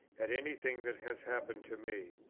at any thing that has happened to me.